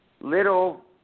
little